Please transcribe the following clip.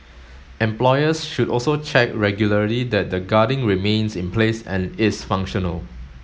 employers should also check regularly that the guarding remains in place and is functional